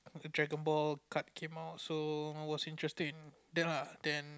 dragon ball card came out so I was interested in that lah then